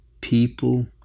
people